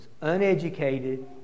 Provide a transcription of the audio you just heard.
uneducated